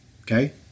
okay